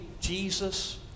Jesus